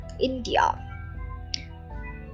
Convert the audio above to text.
India